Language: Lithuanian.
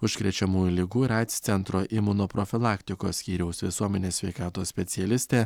užkrečiamųjų ligų ir aids centro imunoprofilaktikos skyriaus visuomenės sveikatos specialistė